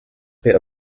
bit